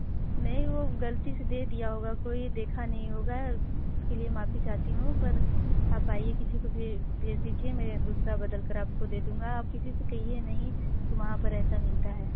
नहीं वह गलती से दे दिया होगा कोई देखा नहीं होगा उस के लिए माफ़ी चाहती हूँ पर आप आइए किसी को भेज दीजिए मैं यह दूसरा बदल कर आप को दे दूँगा आप किसी से कहिए नहीं कि वहाँ पर ऐसा मिलता है